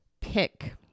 pick